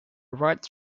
rights